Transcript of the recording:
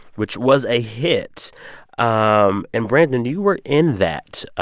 which was a hit um and brandon, you were in that